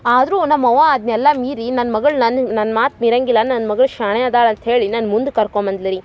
ಆದರು ನಮ್ಮವ್ವ ಅದನ್ನೆಲ್ಲ ಮೀರಿ ನನ್ನ ಮಗಳು ನನ್ನ ನನ್ನ ಮಾತು ಮೀರಂಗಿಲ್ಲ ನನ್ನ ಮಗ್ಳು ಶಾಣೆ ಅದಳ ಅಂತೇಳಿ ನನ್ನ ಮುಂದೆ ಕರ್ಕೊಂಬಂದ್ಲು ರೀ